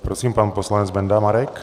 Prosím, pan poslanec Benda Marek.